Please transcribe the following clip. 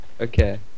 Okay